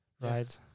Right